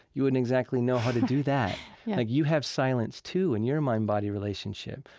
you wouldn't exactly know how to do that yeah like you have silence too in your mind-body relationship.